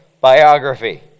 biography